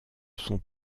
sont